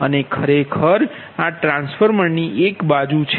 અને ખરેખર આ ટ્રાન્સફોર્મરની એક બાજુ છે